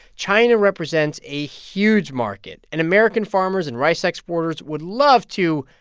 china represents a huge market, and american farmers and rice exporters would love to,